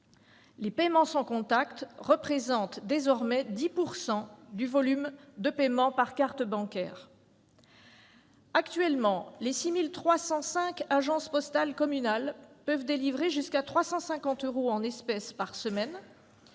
Les paiements sans contact représentent désormais 10 % du volume de paiements par carte bancaire. Actuellement, les 6 305 agences postales communales peuvent délivrer jusqu'à 350 euros en espèces par semaine